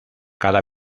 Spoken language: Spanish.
cada